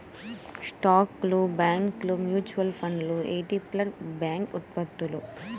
స్టాక్లు, బాండ్లు, మ్యూచువల్ ఫండ్లు ఇ.టి.ఎఫ్లు, బ్యాంక్ ఉత్పత్తులు